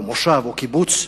מושב או קיבוץ.